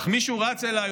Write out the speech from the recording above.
"אך מישהו רץ אליי",